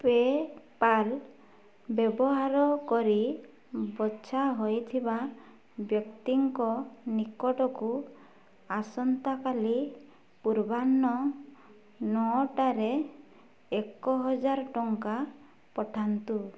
PayPal ବ୍ୟବହାର କରି ବଛା ହୋଇଥିବା ବ୍ୟକ୍ତିଙ୍କ ନିକଟକୁ ଆସନ୍ତାକାଲି ପୂର୍ବାହ୍ନ ନଅଟାରେ ଏକହଜାର ଟଙ୍କା ପଠାନ୍ତୁ